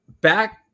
back